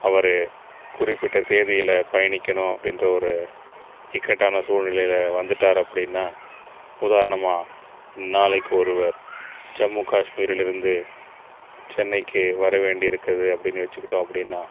அவர் குறிப்பிட்டத் தேதியில் பயணிக்கணும் அப்படின்ற ஒரு இக்கட்டான சூழ்நிலையில் வந்துட்டார் அப்படின்னா உதாரணமாக நாளைக்கு ஒருவர் ஜம்மு காஷ்மீர்லேருந்து சென்னைக்கு வர வேண்டியிருக்குது அப்படின்னு வச்சிகிட்டோம் அப்படின்னா